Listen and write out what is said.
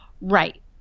right